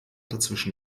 dazwischen